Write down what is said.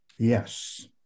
Yes